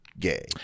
gay